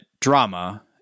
drama